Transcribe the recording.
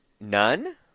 None